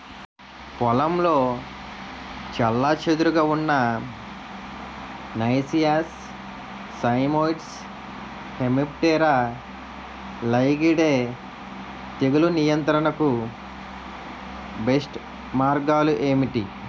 పొలంలో చెల్లాచెదురుగా ఉన్న నైసియస్ సైమోయిడ్స్ హెమిప్టెరా లైగేయిడే తెగులు నియంత్రణకు బెస్ట్ మార్గాలు ఏమిటి?